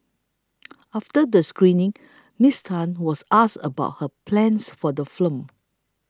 after the screening Miss Tan was asked about her plans for the film